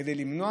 כדי למנוע.